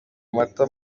amata